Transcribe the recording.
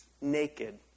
naked